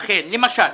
לכן, למשל,